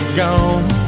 gone